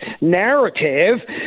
narrative